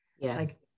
Yes